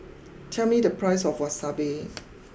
tell me the price of Wasabi